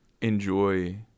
enjoy